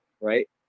right